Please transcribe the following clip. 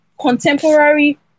contemporary